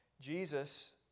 Jesus